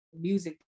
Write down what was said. music